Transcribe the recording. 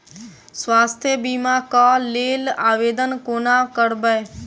स्वास्थ्य बीमा कऽ लेल आवेदन कोना करबै?